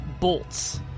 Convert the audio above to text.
bolts